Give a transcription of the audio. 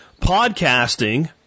Podcasting